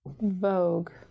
Vogue